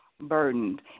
burdened